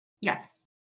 Yes